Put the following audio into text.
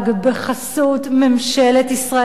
בחסות ממשלת ישראל,